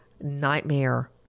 nightmare